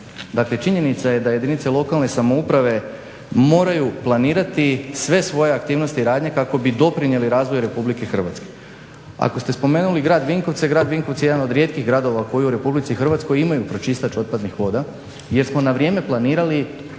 Dakle, činjenica je da jedinice lokalne samouprave moraju planirati sve svoje aktivnosti i radnje kako bi doprinijeli razvoju Republike Hrvatske. Ako ste spomenuli grad Vinkovce, grad Vinkovci je jedan od rijetkih gradova koji u Republici Hrvatskoj imaju pročistač otpadnih voda jer smo na vrijeme planirali